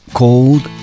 called